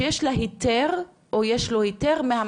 שיש לה היתר מהמעסיק.